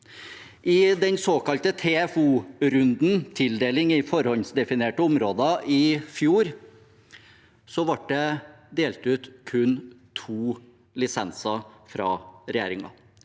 I den såkalte TFO-runden, tildeling i forhåndsdefinerte områder i fjor, ble det delt ut kun to lisenser fra regjeringen.